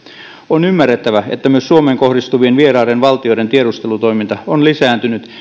on ymmärrettävä että myös suomeen kohdistuvien vieraiden valtioiden tiedustelutoiminta on lisääntynyt